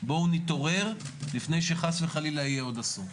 בואו נתעורר לפני שחס וחלילה יהיה עוד אסון.